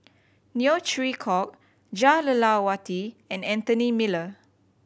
Neo Chwee Kok Jah Lelawati and Anthony Miller